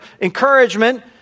encouragement